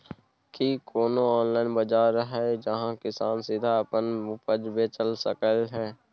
की कोनो ऑनलाइन बाजार हय जहां किसान सीधा अपन उपज बेच सकलय हन?